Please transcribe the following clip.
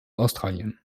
australien